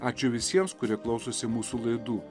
ačiū visiems kurie klausosi mūsų laidų